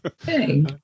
Hey